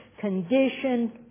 condition